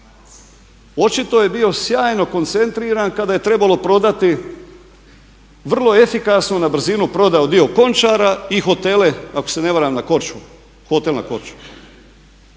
očito je bio sjajno koncentriran kada je trebalo prodati vrlo efikasno na brzinu prodao dio Končara i hotele ako se ne varam na Korčuli, hotel na Korčuli.